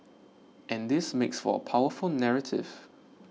and this makes for a powerful narrative